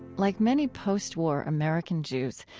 like many postwar american jews,